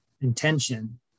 intention